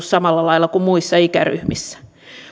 samalla lailla kuin muissa ikäryhmissä